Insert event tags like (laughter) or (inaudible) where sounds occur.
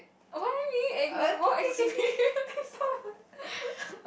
what do you mean (laughs) have more experience (laughs)